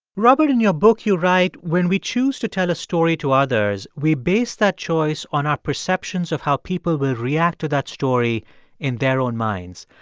robert, in your book, you write, when we choose to tell a story to others, we base that choice on our perceptions of how people will react to that story in their own minds.